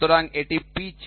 সুতরাং এটি পিচ